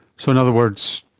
so in other words,